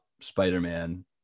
Spider-Man